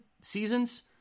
seasons